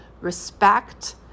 respect